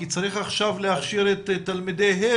כי צריך עכשיו להכשיר את תלמידי ה'.